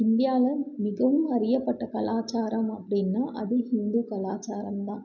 இந்தியாவில் மிகவும் அறியப்பட்ட கலாச்சாரம் அப்படினா அது ஹிந்து கலாச்சாரந்தான்